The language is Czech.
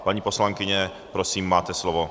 Paní poslankyně, prosím, máte slovo.